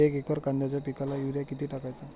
एक एकर कांद्याच्या पिकाला युरिया किती टाकायचा?